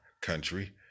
country